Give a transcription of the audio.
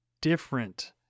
different